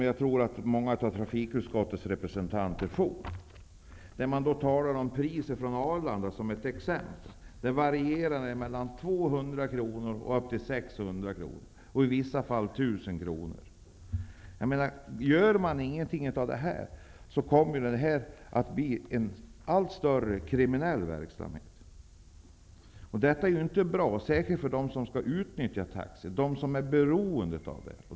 Jag tror att många av trafikutskottets representanter får taxis egen tidning. Där talas om priset för en resa från Arlanda till Stockholm. Det varierar mellan 200 och 600 kr, i vissa fall upp till 1 000 kr. Gör man inget åt det, kommer det att bli en allt större kriminell verksamhet. Det är inte bra, särskilt inte för dem som skall utnyttja taxi, som är beroende av det.